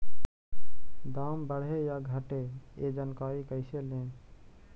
दाम बढ़े या दाम घटे ए जानकारी कैसे ले?